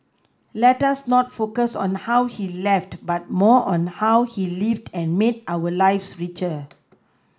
let us not focus on how he left but more on how he lived and made our lives richer